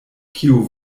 kiu